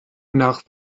nach